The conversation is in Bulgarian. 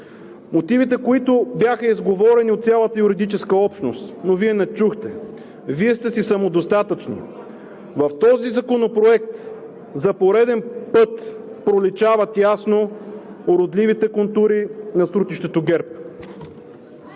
мотивите, които бяха изговорени от цялата юридическа общност, но Вие не чухте. Вие сте си самодостатъчни. В този законопроект за пореден път проличават ясно уродливите контури на срутището ГЕРБ.